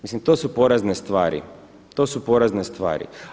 Mislim to su porazne stvari, to su porazne stvari.